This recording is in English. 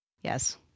Yes